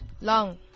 Long